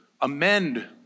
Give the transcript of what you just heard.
amend